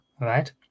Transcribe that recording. right